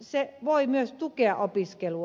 se voi myös tukea opiskelua